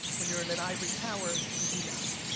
when you're in an ivory tower, you do not.